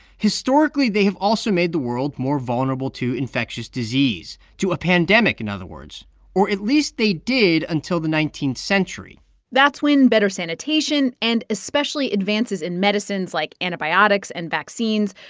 historically, they have also made the world more vulnerable to infectious disease to a pandemic, in other words or at least they did until the nineteenth century that's when better sanitation, and especially advances in medicines like antibiotics and vaccines,